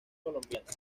colombiana